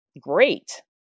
great